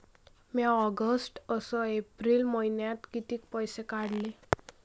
म्या ऑगस्ट अस एप्रिल मइन्यात कितीक पैसे काढले?